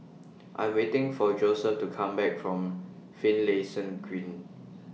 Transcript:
I waiting For Joseph to Come Back from Finlayson Green